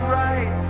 right